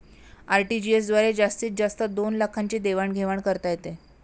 RTGS द्वारे जास्तीत जास्त दोन लाखांची देवाण घेवाण करता येते